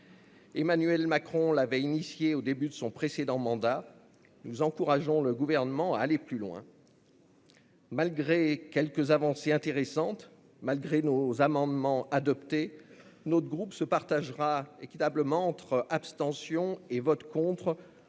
Emmanuel Macron avait engagé ce mouvement au début de son précédent mandat ; nous encourageons le Gouvernement à aller plus loin. Malgré quelques avancées intéressantes et l'adoption de nos amendements, notre groupe se partagera équitablement entre abstentions et votes contre